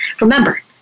Remember